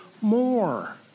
more